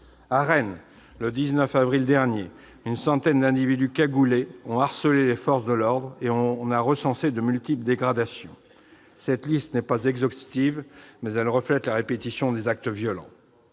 enfin, le 19 avril dernier, une centaine d'individus cagoulés ont harcelé les forces de l'ordre. On a recensé à cette occasion de multiples dégradations. Cette liste n'est pas exhaustive, mais elle reflète la répétition des actes violents.